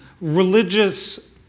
religious